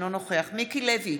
אינו נוכח מיקי לוי,